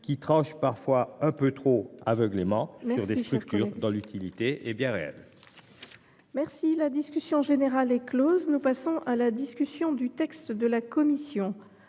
qui tranche parfois trop à l’aveugle dans des structures dont l’utilité est bien réelle. La discussion générale est close. Nous passons à la discussion du texte de la commission.